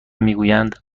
میگویند